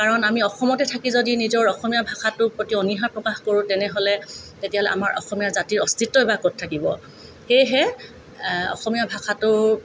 কাৰণ আমি অসমতে থাকি যদি নিজৰ অসমীয়া ভাষাটোৰ প্ৰতি যদি অনিহা প্ৰকাশ কৰোঁ তেনেহ'লে তেতিয়াহ'লে আমাৰ অসমীয়া জাতিৰ অস্তিত্বই বা ক'ত থাকিব সেয়েহে অসমীয়া ভাষাটো